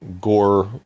Gore